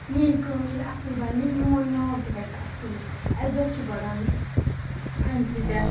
میٲنۍ کٲم ییٚلہِ اَصٕل بَنہِ میون ناو تہِ گژھِ اَصٕل عزت چھُ بَڑان اَمہِ سۭتۍ